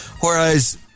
Whereas